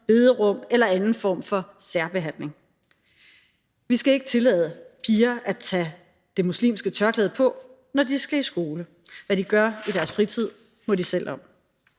bederum eller anden form for særbehandling. Vi skal ikke tillade piger at tage det muslimske tørklæde på, når de skal i skole. Hvad de gør i deres fritid, må de selv om.